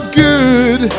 good